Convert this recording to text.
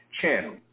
channel